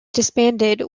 disbanded